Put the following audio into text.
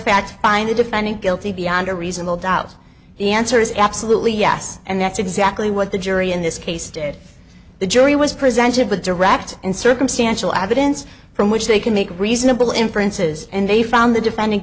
fact find the defendant guilty beyond a reasonable doubt the answer is absolutely yes and that's exactly what the jury in this case did the jury was presented with direct and circumstantial evidence from which they can make reasonable inferences and they found the defendant